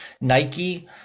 Nike